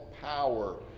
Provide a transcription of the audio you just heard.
power